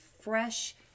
fresh